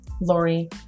Lori